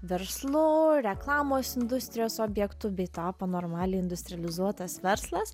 verslu reklamos industrijos objektu bei tapo normaliai industrializuotas verslas